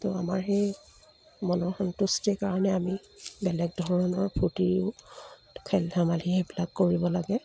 ত' আমাৰ সেই মনৰ সন্তুষ্টিৰ কাৰণে আমি বেলেগ ধৰণৰ ফূৰ্তিও খেল ধেমালি সেইবিলাক কৰিব লাগে